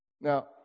Now